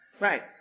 Right